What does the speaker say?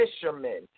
fishermen